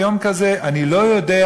ביום כזה אני לא יודע,